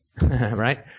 right